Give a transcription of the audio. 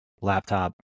laptop